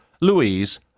Louise